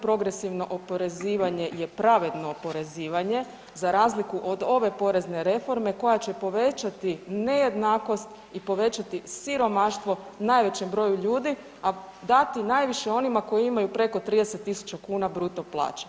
Progresivno oporezivanje je pravedno oporezivanje za razliku od ove porezne reforme koja će povećati nejednakost i povećati siromaštvo najvećem broju ljudi, a dati najviše onima koji imaju preko 30.000 kuna bruto plaće.